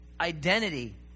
Identity